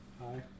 Hi